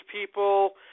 people